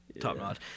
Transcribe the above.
top-notch